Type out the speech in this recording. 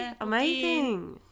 amazing